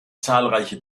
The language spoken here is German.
zahlreiche